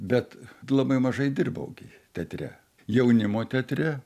bet labai mažai dirbau gi teatre jaunimo teatre